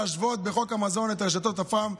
להשוות בחוק המזון את רשתות הפארם,